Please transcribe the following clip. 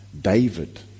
David